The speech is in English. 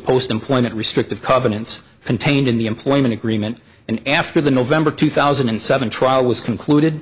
post employment restrictive covenants contained in the employment agreement and after the november two thousand and seven trial was concluded